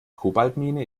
kobaltmine